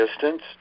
distance